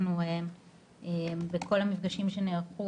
אנחנו בכל המפגשים שנערכו,